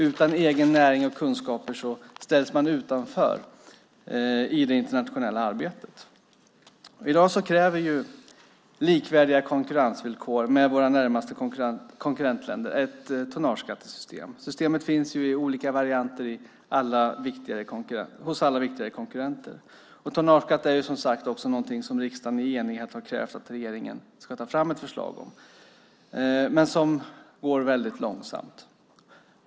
Utan egen näring och kunskaper ställs man utanför i det internationella arbetet. I dag kräver likvärdiga konkurrensvillkor med våra närmaste konkurrentländer ett tonnageskattesystem. Systemet finns i olika varianter hos alla viktigare konkurrenter. Tonnageskatt är, som sagt, något som riksdagen i enighet har krävt att regeringen ska ta fram ett förslag om, men det går väldigt långsamt.